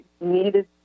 needed